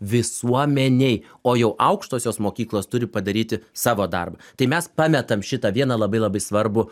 visuomenei o jau aukštosios mokyklos turi padaryti savo darbą tai mes pametam šitą vieną labai labai svarbų